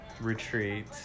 retreat